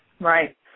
Right